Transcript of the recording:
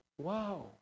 Wow